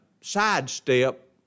sidestep